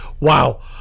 wow